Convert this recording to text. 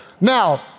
Now